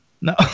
no